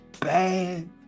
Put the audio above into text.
bad